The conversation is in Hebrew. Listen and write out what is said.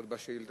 עוד בשאלה